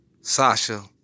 Sasha